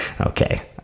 Okay